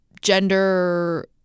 Gender